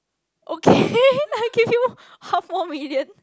okay I give you more half more million